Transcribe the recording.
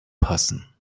passen